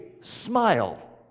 smile